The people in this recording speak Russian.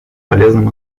полезным